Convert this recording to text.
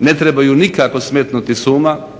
ne trebaju nikako smetnuti s uma,